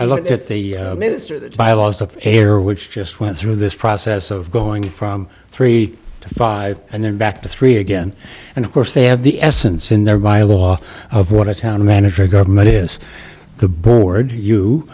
affair which just went through this process of going from three to five and then back to three again and of course they have the essence in there by law of what a town manager government is the board you